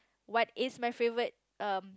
what is my favourite um